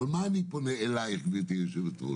למה אני פונה אלייך גברתי היו"ר?